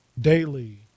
daily